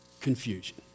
confusion